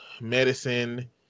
medicine